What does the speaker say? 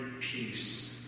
peace